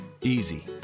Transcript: Easy